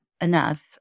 enough